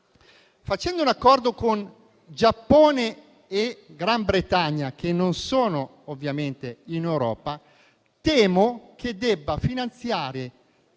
Concludendo un accordo con Giappone e Gran Bretagna, che non sono ovviamente nell'Unione europea, temo che debba finanziare